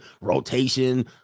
Rotation